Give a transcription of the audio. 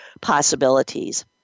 possibilities